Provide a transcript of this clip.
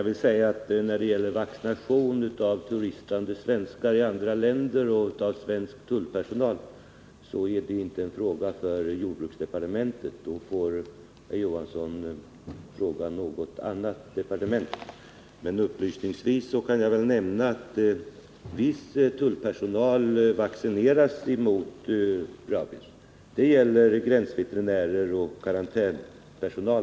Herr talman! Vaccination av turistande svenskar i andra länder och av svensk tullpersonal är inte en fråga för jordbruksdepartementet. Herr Johansson får i det fallet fråga något annat departement. Men upplysningsvis kan jag nämna att viss tullpersonal vaccineras mot rabies, exempelvis gränsveterinärer och karantänspersonal.